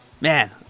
Man